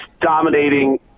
dominating